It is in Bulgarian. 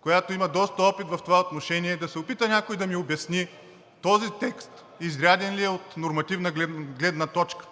която има доста опит в това отношение, да се опита някой да ми обясни този текст изряден ли е от нормативна гледна точка